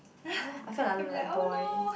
I felt like I look like a boy